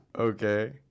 Okay